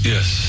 Yes